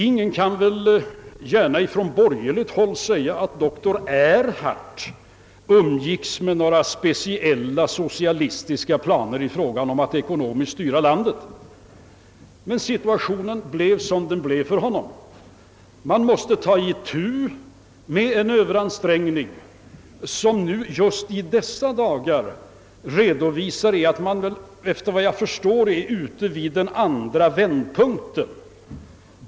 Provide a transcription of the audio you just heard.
Från borgerligt håll kan väl ingen säga att dr Erhard umgicks med speciellt socialis tiska planer på att ekonomiskt styra landet. Men situationen blev som den blev för honom. Man måste nu ta itu med en överansträngning. I dag är läget på nytt annorlunda.